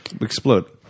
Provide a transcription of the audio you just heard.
explode